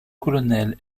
colonel